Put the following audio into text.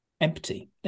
empty